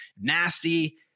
nasty